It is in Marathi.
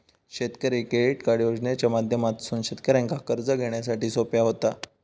शेतकरी क्रेडिट कार्ड योजनेच्या माध्यमातसून शेतकऱ्यांका कर्ज घेण्यासाठी सोप्या व्हता